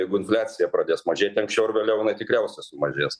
jeigu infliacija pradės mažėti anksčiau ar vėliau jinai tikriausia sumažės